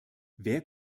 wer